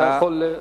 אתה יכול.